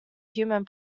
human